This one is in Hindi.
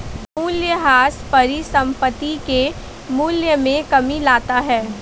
मूलयह्रास परिसंपत्ति के मूल्य में कमी लाता है